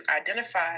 identify